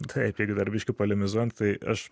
taip jeigu dar biškį polemizuojant tai aš